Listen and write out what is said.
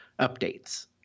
updates